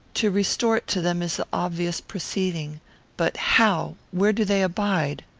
to restore it to them is the obvious proceeding but how? where do they abide?